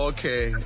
Okay